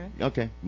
Okay